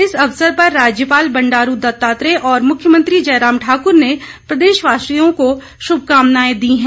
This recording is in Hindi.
इस अवसर पर राज्यपाल बंडारू दत्तात्रेय और मुख्यमंत्री जयराम ठाकुर ने प्रदेशवासियों को शुभकामनाएं दीं हैं